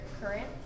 current